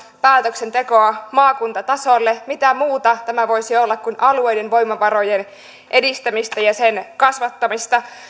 päätöksentekoa keskushallinnolta maakuntatasolle mitä muuta tämä voisi olla kuin alueiden voimavarojen edistämistä ja sen kasvattamista